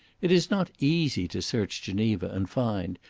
it is not easy to search geneva and find,